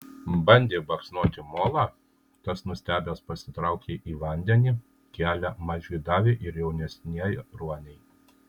bandė baksnoti molą tas nustebęs pasitraukė į vandenį kelią mažiui davė ir jaunesnieji ruoniai